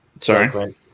sorry